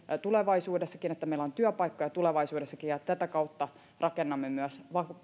tulevaisuudessakin ja että meillä on työpaikkoja tulevaisuudessakin ja tätä kautta rakennamme myös